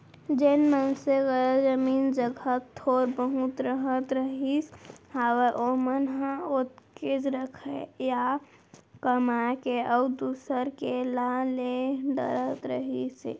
जेन मनसे करा जमीन जघा थोर बहुत रहत रहिस हावय ओमन ह ओतकेच रखय या कमा के अउ दूसर के ला ले डरत रहिस हे